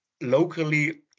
locally